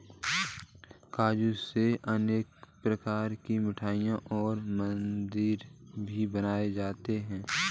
काजू से अनेक प्रकार की मिठाईयाँ और मदिरा भी बनाई जाती है